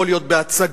יכול להיות בהצגה,